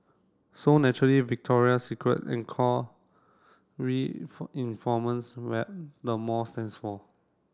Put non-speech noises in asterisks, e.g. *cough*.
so naturally Victoria's Secret *unintelligible* where the mall stands for